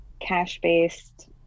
cash-based